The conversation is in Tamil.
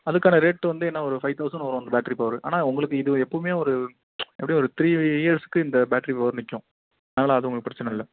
அதுக்கான ரேட்டு வந்து என்ன ஒரு ஃபைவ் தௌசண்ட் வரும் பேட்ரி பவரு ஆனால் உங்களுக்கு இது எப்பவுமே ஒரு எப்படியும் ஒரு த்ரீ இயர்ஸ்க்கு இந்த பேட்ரி பவர் நிற்கும் அதனால அது உங்களுக்கு பிரச்சின இல்லை